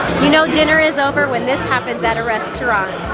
you know dinner is over when this happens at a restaurant.